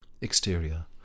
Exterior